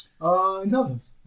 Intelligence